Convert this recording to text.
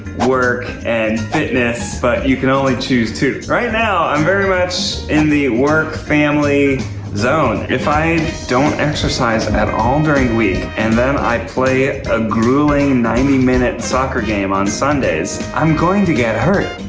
work and fitness but you can only choose two. right now i'm very much in the work family zone. if i don't exercise at all during the week and then i play a grueling ninety minute soccer game on sundays, i'm going to get hurt.